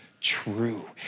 True